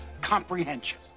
comprehension